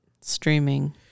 streaming